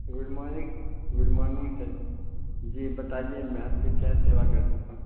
good morning good morning sir جی بتائیے میں آپ کی کیا سیوا کر سکتا ہوں